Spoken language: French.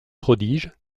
prodige